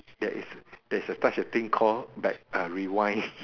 there is there is such a thing call like uh rewind